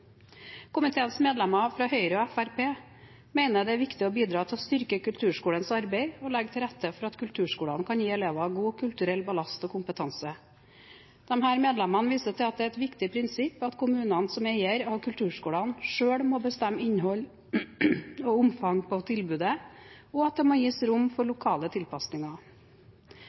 Komiteens medlemmer fra Høyre og Fremskrittspartiet mener det er viktig å bidra til å styrke kulturskolens arbeid og legge til rette for at kulturskolene kan gi elever god kulturell ballast og kompetanse. Disse medlemmene viser til at det er et viktig prinsipp at kommunene som eiere av kulturskolene selv må kunne bestemme innhold og omfang på tilbudet, og at det må gis rom for lokale tilpasninger.